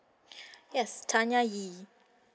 yes tanya yee